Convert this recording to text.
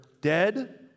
dead